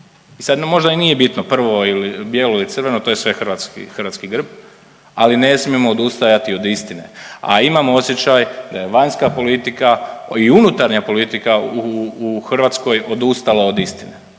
nam možda i nije bitno prvo il bijelo i crveno to je sve hrvatski, hrvatski grb ali ne smijemo odustajati od istine. A imam osjećaj da je vanjska politika i unutarnja politika u Hrvatskoj odustala od istine.